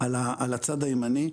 על הצד הימני,